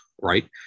right